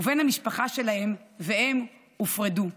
ובן המשפחה שלהם והם הופרדו.